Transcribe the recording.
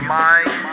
mind